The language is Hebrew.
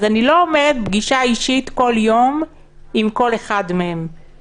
אז אני לא אומרת שצריכה להיות פגישה אישית עם כל אחד מהם כל יום,